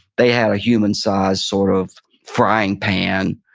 they had a human sized sort of frying pan,